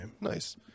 nice